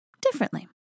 differently